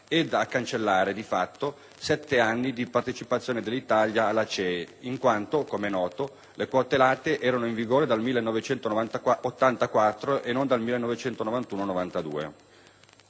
e a cancellare, di fatto, sette anni di partecipazione dell'Italia alla CEE, in quanto, come noto, le quote latte erano in vigore dal 1984 e non dal 1991-1992.